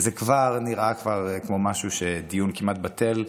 וזה כבר נראה כבר כמו דיון כמעט בטל,